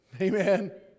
Amen